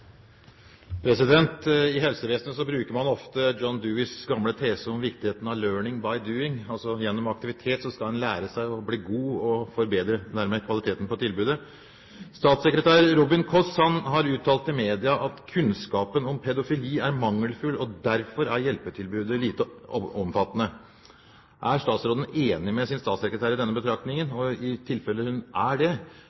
Gåsvatn. I helsevesenet bruker man ofte John Deweys gamle tese om viktigheten av «learning by doing», altså at man gjennom aktivitet skal lære seg å bli god og dermed forbedre kvaliteten på tilbudet. Statssekretær Robin Kåss har uttalt i media at kunnskapen om pedofili er mangelfull, og at hjelpetilbudet derfor er lite omfattende. Er statsråden enig med sin statssekretær i denne betraktningen?